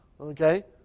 Okay